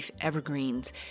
evergreens